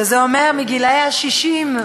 שזה אומר מגיל 60 ומעלה.